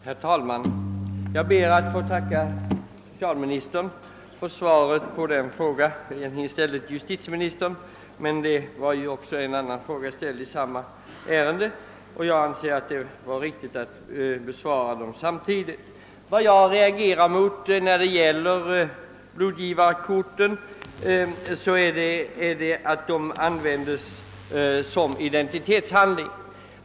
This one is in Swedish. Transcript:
Herr talman! Jag ber att få tacka socialministern för svaret på den fråga som jag egentligen ställde till justitieministern. Det har emellertid ställts en annan fråga i samma ämne, och jag anser att det var riktigt att besvara dem samtidigt. Vad jag reagerar mot är att blodgivarkorten används som identitetshandling.